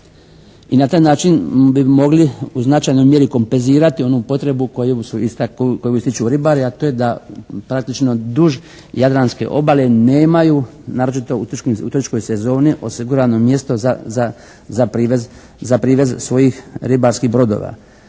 i na taj način bi mogli u značajnoj mjeri kompenzirati onu potrebu koju ističu ribari a to je da praktično duž Jadranske obale nemaju naročito u turističkoj sezoni osigurano mjesto za privez svojih ribarskih brodova.